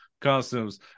costumes